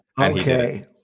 Okay